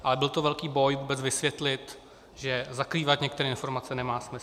A byl to velký boj vůbec vysvětlit, že zakrývat některé informace nemá smysl.